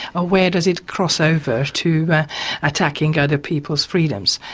ah where does it cross over to attacking other people's freedoms?